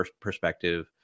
perspective